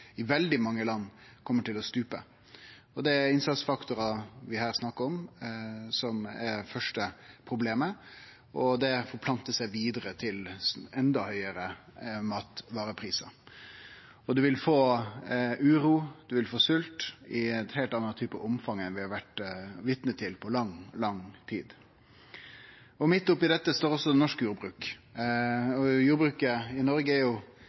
i veldig mange land kjem til å stupe. Det er innsatsfaktorar vi her snakkar om, som er det første problemet, og det forplantar seg vidare til endå høgare matvareprisar. Ein vil få uro og svolt i eit heilt anna omfang enn vi har vore vitne til på lang, lang tid. Midt oppe i dette står også norsk jordbruk. Jordbruket i Noreg